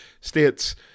states